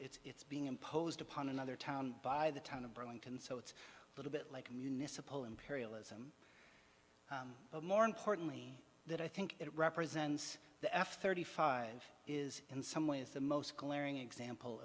even it's being imposed upon another town by the town of brewington so it's a little bit like municipal imperialism but more importantly that i think it represents the f thirty five is in some ways the most glaring example